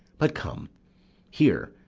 but come here,